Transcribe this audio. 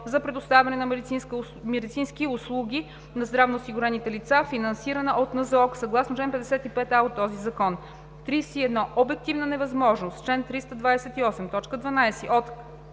за предоставяне на медицински услуги на здравноосигурените лица, финансирана от НЗОК съгласно чл. 55а от този закон. 31. „Обективна невъзможност“ (чл. 328, т.